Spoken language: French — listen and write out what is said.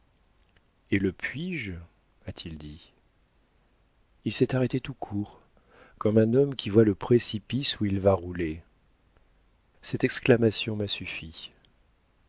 et le puis-je a-t-il dit il s'est arrêté tout court comme un homme qui voit le précipice où il va rouler cette exclamation m'a suffi